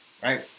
Right